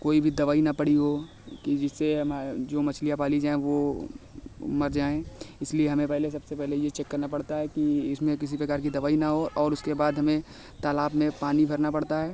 कोई भी दवाई न पड़ी हो कि जिससे हमें जो मछलियाँ पाली जाएँ वह मर जाए इसलिए हमें पहले सबसे पहले यह चेक करना पड़ता है कि इसमें किसी प्रकार की दवाई न हों और उसके बाद हमें तालाब में पानी भरना पड़ता है